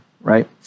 right